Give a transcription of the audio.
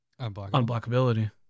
unblockability